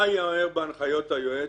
מה ייאמר בהנחיות היועץ,